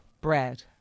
bread